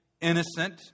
innocent